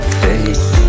face